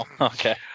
okay